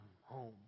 home